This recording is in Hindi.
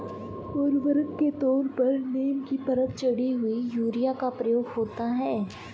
उर्वरक के तौर पर नीम की परत चढ़ी हुई यूरिया का प्रयोग होता है